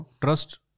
trust